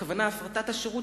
הכוונה להפרטת השירות,